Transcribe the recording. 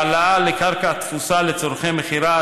העלאה לקרקע תפוסה לצורכי מכירה,